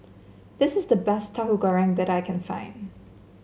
this is the best Tahu Goreng that I can find